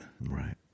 Right